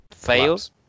Fails